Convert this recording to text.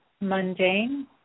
mundane